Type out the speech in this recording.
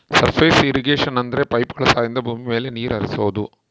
surface irrigation ಅಂದ್ರೆ ಪೈಪ್ಗಳ ಸಹಾಯದಿಂದ ಭೂಮಿ ಮೇಲೆ ನೀರ್ ಹರಿಸೋದು